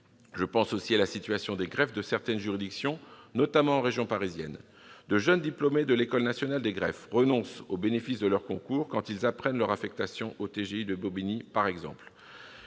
Je pense aussi à la situation des greffes de certaines juridictions, notamment en région parisienne. De jeunes diplômés de l'École nationale des greffes renoncent au bénéfice de leur concours quand ils apprennent leur affectation au TGI de Bobigny, par exemple